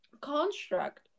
construct